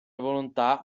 volontà